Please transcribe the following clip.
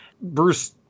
Bruce